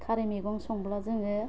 खारै मैगं संब्ला जोङो